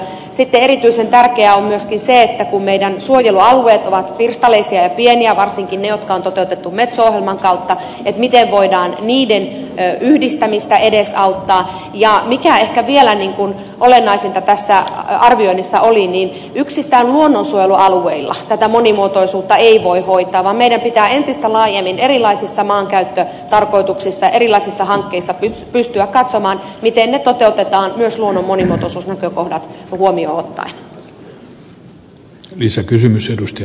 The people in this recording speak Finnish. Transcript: sitten erityisen tärkeää on myöskin se että kun meidän suojelualueemme ovat pirstaleisia ja pieniä varsinkin ne jotka on toteutettu metso ohjelman kautta miten voidaan niiden yhdistämistä edesauttaa ja mikä ehkä vielä olennaisempaa tässä arvioinnissa oli yksistään luonnonsuojelualueilla monimuotoisuutta ei voi hoitaa vaan meidän pitää entistä laajemmin erilaisissa maankäyttötarkoituksissa erilaisissa hankkeissa pystyä katsomaan miten ne toteutetaan myös luonnon monimuotoisuusnäkökohdat huomioon ottaen